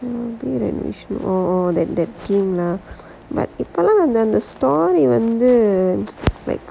oh oh that that two man இப்பெல்லாம்:ippellaam but அந்த:antha story வந்து:vanthu